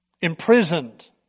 Imprisoned